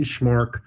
benchmark